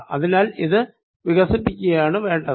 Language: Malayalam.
അതിനാൽ ഇത് വികസിപ്പിക്കുകയാണ് വേണ്ടത്